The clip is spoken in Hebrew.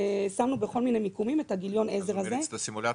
שמנו בכל מיני מיקומים את גיליון העזר הזה.